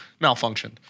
malfunctioned